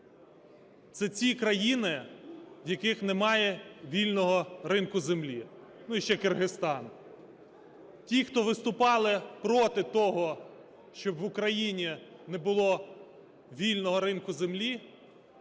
це ті країни, в яких немає вільного ринку землі. Ну, і ще Киргизстан. Ті, хто виступали проти того, щоб в Україні не було вільного ринку землі,